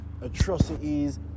atrocities